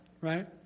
right